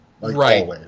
Right